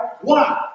One